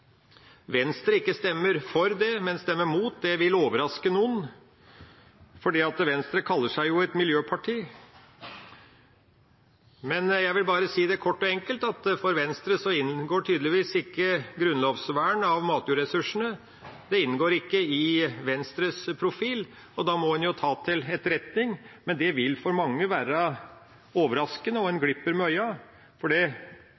Venstre ikke stemmer for forslaget, men stemmer imot, vil overraske noen, for Venstre kaller seg jo et miljøparti. Men jeg vil si det kort og enkelt: For Venstre inngår tydeligvis ikke grunnlovsvern av matjordressursene i Venstres profil, og da må man ta det til etterretning. Men det vil for mange være overraskende, og en glipper med øynene, for det